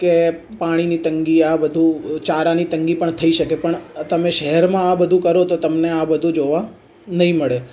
કે પાણીની તંગી આ બધું ચારાની તંગી પણ થઇ શકે પણ તમે શહેરમાં આ બધું કરો તો તમને આ બધું જોવા નહીં મળે